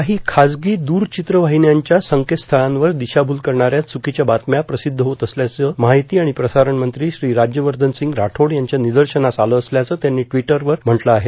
काही खाजगी दूरचित्र वाहिन्यांच्या संकेतस्थळांवर दिशाभूल करणाऱ्या चूकीच्या बातम्या प्रसिद्ध होत असल्याचं माहिती आणि प्रसारण मंत्री श्री राज्यवर्धन सिंग राठोड यांच्या निदर्शनास आलं असल्याचं त्यांनी ट्विटरवर म्हटलं आहे